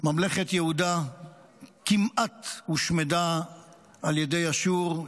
ממלכת יהודה כמעט הושמדה על ידי אשור,